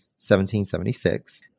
1776